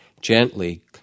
gently